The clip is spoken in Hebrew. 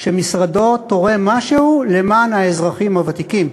שמשרדו תורם משהו למען האזרחים הוותיקים.